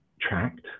tracked